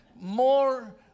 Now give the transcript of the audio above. more